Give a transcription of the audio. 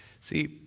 See